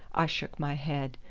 i shook my head.